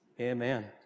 Amen